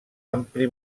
ampli